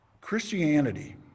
christianity